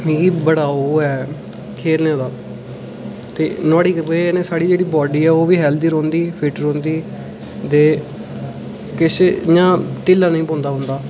मिगी बड़ा ओह् ऐ खेलने दा ते नुहाड़ी बजह् कन्नै साढ़ी बाडी ऐ ओह्बी हैल्दी रौंह्दी फिट रौंह्दी ते किश इ'यां ढिल्ला निं पौंदा बंदा